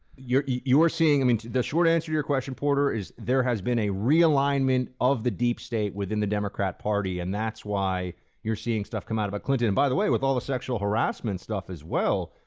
you are seeing i mean the short answer to your question, porter, is there has been a realignment of the deep state within the democrat party and that's why you're seeing stuff come out about clinton. by the way, with all the sexual harassment stuff as well,